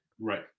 Right